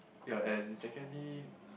ya and secondly